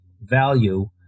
value